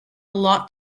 lot